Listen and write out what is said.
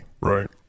right